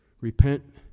repent